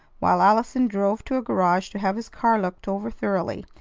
while allison drove to a garage to have his car looked over thoroughly,